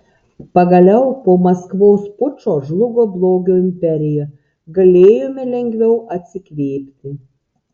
pagaliau po maskvos pučo žlugo blogio imperija galėjome lengviau atsikvėpti